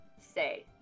say